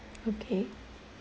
okay